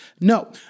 No